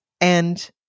And-